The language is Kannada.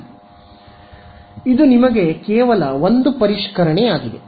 ಆದ್ದರಿಂದ ಇದು ನಿಮಗೆ ಕೇವಲ ಒಂದು ಪರಿಷ್ಕರಣೆಯಾಗಿದೆ